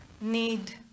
need